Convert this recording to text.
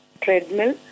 treadmill